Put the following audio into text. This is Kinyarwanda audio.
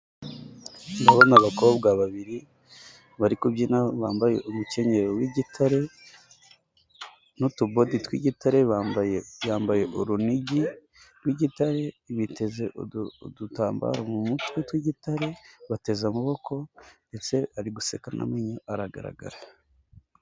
Ndabona abakobwa babiri bari kubyina bambaye umukenyero w'igitare n'utubode tw'igitare, bambaye byambaye urunigi rw'igitare biteze udutambaro mu mutwe tw'igitare bateze amaboko ndetse bari guseka amenyo aragaragara.